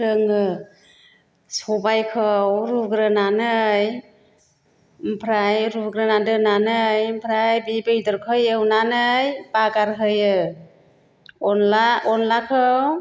रोङो सबाइखौ रुग्रोनानै आमफ्राय रुग्रोना दोननानै आमफ्राय बे बेदरखौ एवनानै बागार होयो अन्ला अन्लाखौ